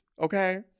Okay